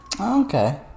okay